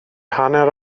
hanner